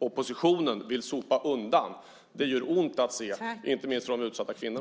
oppositionen sopa undan. Det gör ont att se, inte minst för de utsatta kvinnorna.